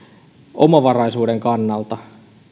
omavaraisuuden kannalta